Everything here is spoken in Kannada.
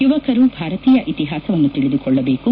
ಯುವಕರು ಭಾರತೀಯ ಇತಿಹಾಸವನ್ನು ತಿಳಿದುಕೊಳ್ಳಬೇಕು